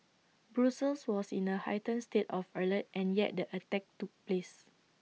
Brussels was in A heightened state of alert and yet the attack took place